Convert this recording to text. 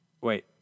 wait